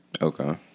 Okay